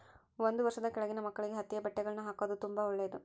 ಒಂದು ವರ್ಷದ ಕೆಳಗಿನ ಮಕ್ಕಳಿಗೆ ಹತ್ತಿಯ ಬಟ್ಟೆಗಳ್ನ ಹಾಕೊದು ತುಂಬಾ ಒಳ್ಳೆದು